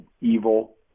evil